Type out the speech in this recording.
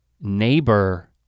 neighbor